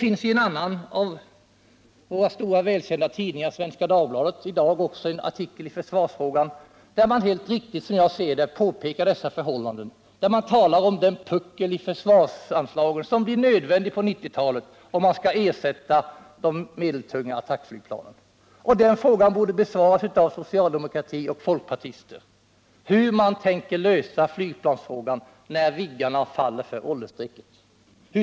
Ien annan av våra stora, välkända tidningar, Svenska Dagbladet, finns det i dag en artikel i försvarsfrågan. Där påpekar man, helt riktigt som jag ser det, att det på 1990-talet nödvändigtvis blir en puckel i försvarsanslaget, om man skall ersätta de medeltunga attackflygplanen. Socialdemokrater och folkpartister borde därför svara på frågan hur de tänker lösa flygplansfrågan när Viggen faller för åldersstrecket.